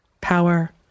power